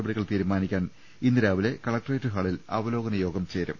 പടികൾ തീരുമാനിക്കാൻ ഇന്നു രാവിലെ കലക്ട്രേറ്റ് ഹാളിൽ അവലോക നയോഗം ചേരും